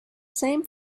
same